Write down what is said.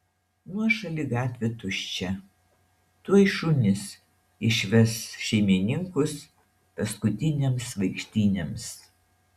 nuošali gatvė tuščia tuoj šunys išves šeimininkus paskutinėms vaikštynėms